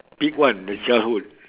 pick one the childhood